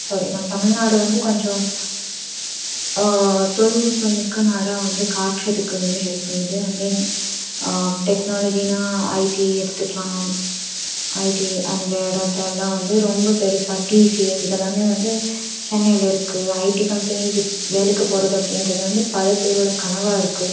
sorry நம் தமிழ்நாடு வந்து கொஞ்சம் தொழில்நுட்பம் மிக்க நாடாக வந்து காட்டுறதுக்கு வந்து ஹெல்ப் பண்ணுது அண்ட் தென் டெக்னாலஜினா ஐடி எடுத்துக்கலாம் ஐடி அந்த இடத்தலாம் வந்து ரொம்ப பெருசாக்கி சிஎஸ் இதெல்லாமே வந்து சென்னையில் இருக்கு ஐடி கம்பெனிஸ் வேலைக்கு போகிறது அப்படின்றது வந்து பல பேரோட கனவாக இருக்குது